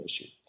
issue